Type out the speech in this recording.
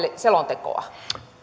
selontekoa